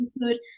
include